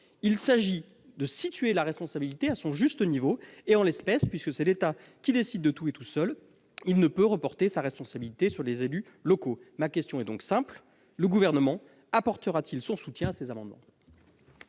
mais de situer la responsabilité à son juste niveau. Or en l'espèce, puisque c'est l'État qui décide de tout et tout seul, il ne peut reporter sa responsabilité sur les élus locaux. Ma question est donc simple : le Gouvernement apportera-t-il son soutien à ces amendements ?